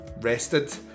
rested